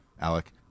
alec